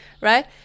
right